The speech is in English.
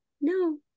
no